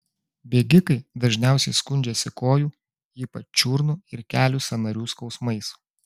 bėgikai dažniausiai skundžiasi kojų ypač čiurnų ir kelių sąnarių skausmais